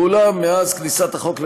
ואולם, מאז כניסת החוק לתוקפו,